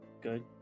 good